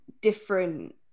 different